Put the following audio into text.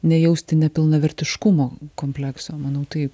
nejausti nepilnavertiškumo komplekso manau tai